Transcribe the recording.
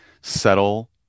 settle